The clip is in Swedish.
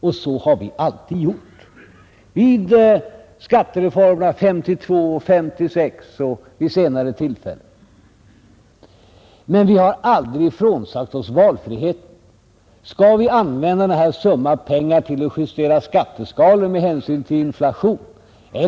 Det har vi alltid gjort — såväl vid skattereformerna 1952 och 1956 som vid senare tillfällen. Vi har aldrig frånsagt oss valfriheten. Vi kan använda denna summa pengar till att justera skatteskalorna med hänsyn till inflationen.